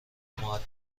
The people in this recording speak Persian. مودبانه